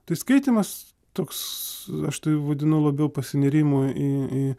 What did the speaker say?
tai skaitymas toks aš tai vadinau labiau pasinėrimu į į